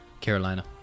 Carolina